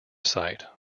site